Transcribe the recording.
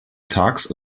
tags